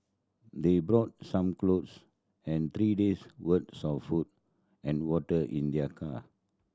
they brought some clothes and three days worth of food and water in their car